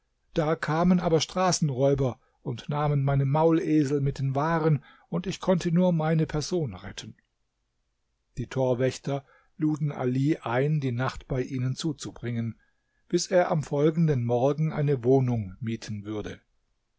da kamen aber straßenräuber und nahmen meine maulesel mit den waren und ich konnte nur meine person retten die torwächter luden ali ein die nacht bei ihnen zuzubringen bis er am folgenden morgen eine wohnung mieten würde